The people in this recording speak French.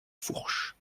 fourches